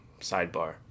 sidebar